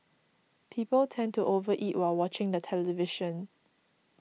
people tend to over eat while watching the television